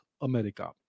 America